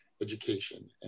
education